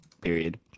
Period